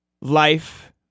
life